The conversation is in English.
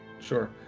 Sure